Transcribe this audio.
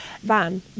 van